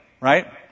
right